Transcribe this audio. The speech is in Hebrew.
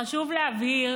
חשוב להבהיר